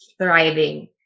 thriving